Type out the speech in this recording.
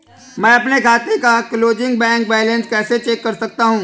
मैं अपने खाते का क्लोजिंग बैंक बैलेंस कैसे चेक कर सकता हूँ?